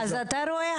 אז אתה רואה?